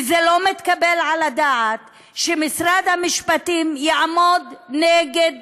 ולא מתקבל על הדעת שמשרד המשפטים יעמוד נגד